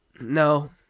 no